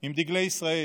עם דגלי ישראל,